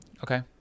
Okay